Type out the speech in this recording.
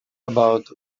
about